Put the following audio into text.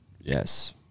yes